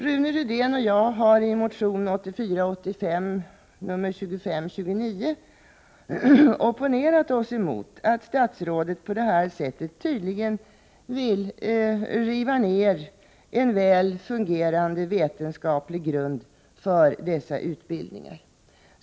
Rune Rydén och jag har i motion 1984/85:2529 opponerat oss mot att statsrådet på det sättet nu tydligen vill rasera en väl fungerande vetenskaplig grund för de utbildningar som det gäller.